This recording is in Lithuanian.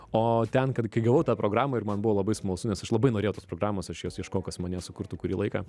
o ten kad kai gavau tą programą ir man buvo labai smalsu nes aš labai norėjau tos programos aš jos ieškojau kas man ją sukurtų kurį laiką